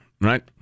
Right